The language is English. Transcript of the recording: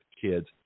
kids